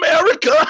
America